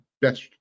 best